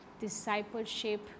discipleship